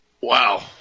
Wow